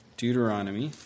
Deuteronomy